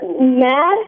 mad